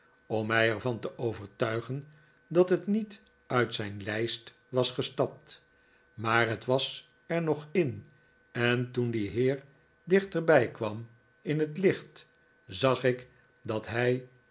om mij er van te overtuigen dat het niet uit zijn lijst was gestapt maar het was er nog in en toen die heer dichterbij kwam in het kent zag ik dat hij